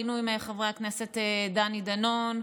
היינו חברי הכנסת דני דנון,